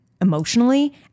emotionally